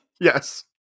Yes